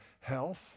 health